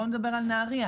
על נהרייה,